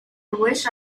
wished